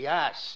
Yes